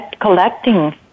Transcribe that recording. collecting